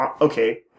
okay